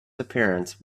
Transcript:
appearance